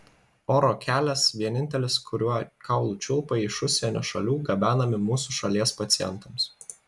oro kelias vienintelis kuriuo kaulų čiulpai iš užsienio šalių gabenami mūsų šalies pacientams